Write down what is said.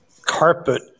Carpet